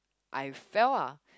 I fell ah